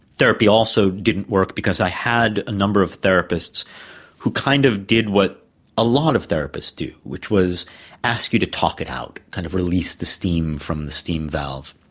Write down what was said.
therapy also didn't work because i had a number of therapists who kind of did what a lot of therapists do, which was ask you to talk it out, kind of release the steam from the steam valve,